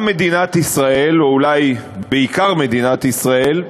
גם מדינת ישראל, או אולי בעיקר מדינת ישראל,